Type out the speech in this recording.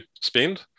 spend